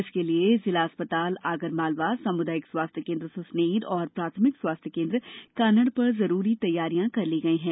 इसके लिये जिला चिकित्सालय आगरमालवा सामुदायिक स्वास्थ्य केन्द्र सुसनेर और प्राथमिक स्वास्थ्य केन्द्र कानड़ पर जरूरी तैयारियां की गई हैं